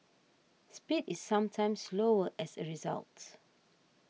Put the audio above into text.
speed is sometimes slower as a result